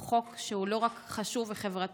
הוא חוק שהוא לא רק חשוב וחברתי,